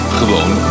Gewoon